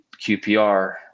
QPR